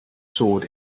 sword